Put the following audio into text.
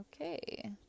Okay